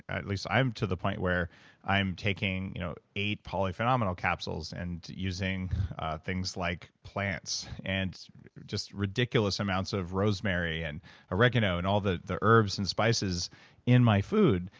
at least i'm to the point where i'm taking you know eight polyphenomal capsules and using things like plants and just ridiculous amounts of rosemary and oregano and all the the herbs and spices in my food.